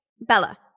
Bella